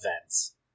events